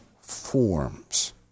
forms